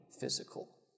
physical